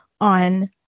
on